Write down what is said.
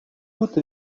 toutes